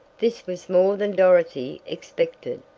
this was more than dorothy expected,